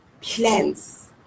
plans